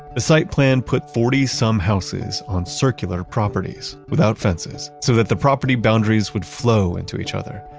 the site plan put forty some houses on circular properties without fences so that the property boundaries would flow into each other.